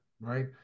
Right